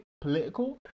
political